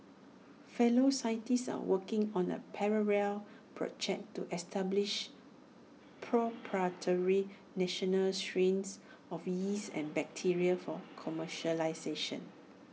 fellow scientists are working on A parallel project to establish proprietary national strains of yeast and bacteria for commercialisation